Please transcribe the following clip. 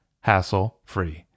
hassle-free